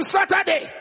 Saturday